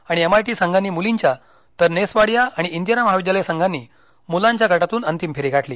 आणि एमआयटी संघांनी मुलींच्या तर नेस वाडिया आणि इंदिरा महाविद्यालय संघांनी मुलांच्या गटातून अंतिम फेरी गाठली